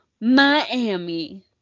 Miami